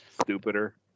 stupider